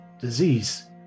disease